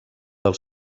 del